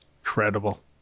Incredible